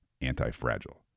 anti-fragile